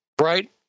Right